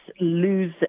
lose